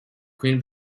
queen